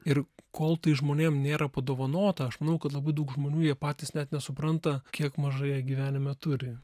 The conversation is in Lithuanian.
ir kol tai žmonėm nėra padovanota aš manau kad labai daug žmonių jie patys net nesupranta kiek mažai gyvenime turi